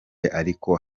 ariko